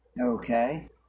Okay